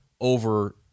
over